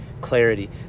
clarity